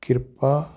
ਕਿਰਪਾ